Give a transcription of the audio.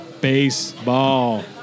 Baseball